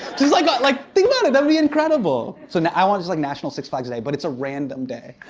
just like ah a like think about it. that'd be incredible. so i want a like national six flags day, but it's a random day.